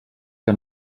que